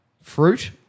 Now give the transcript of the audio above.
fruit